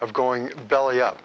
of going belly up